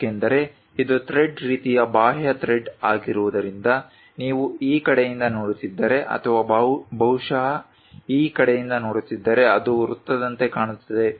ಏಕೆಂದರೆ ಇದು ಥ್ರೆಡ್ ರೀತಿಯ ಬಾಹ್ಯ ಥ್ರೆಡ್ ಆಗಿರುವುದರಿಂದ ನೀವು ಈ ಕಡೆಯಿಂದ ನೋಡುತ್ತಿದ್ದರೆ ಅಥವಾ ಬಹುಶಃ ಈ ಕಡೆಯಿಂದ ನೋಡುತ್ತಿದ್ದರೆ ಅದು ವೃತ್ತದಂತೆ ಕಾಣುತ್ತದೆ